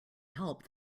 help